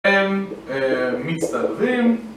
הם מצטלבים,